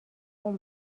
اون